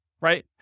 right